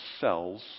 cells